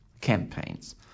campaigns